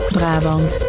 Brabant